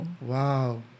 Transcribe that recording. Wow